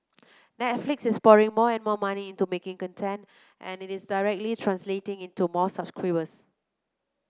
Netflix is pouring more and more money into making content and it is directly translating into more subscribers